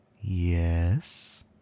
Yes